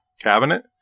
cabinet